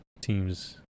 teams